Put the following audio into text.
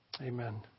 Amen